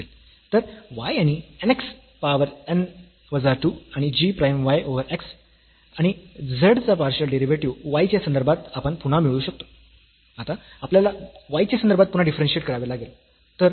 तर y आणि n x power n वजा 2 आणि g prime y over x आणि z चा पार्शीयल डेरिव्हेटीव्ह वायच्या संदर्भात आपण पुन्हा मिळवू शकतो आता आपल्याला y च्या संदर्भात पुन्हा डीफरन्शीयेट करावे लागेल